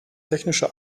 technische